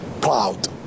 proud